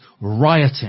rioting